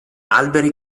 alberi